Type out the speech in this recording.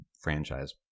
franchise